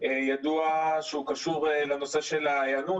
ידוע שהוא קשור לנושא של ההיענות.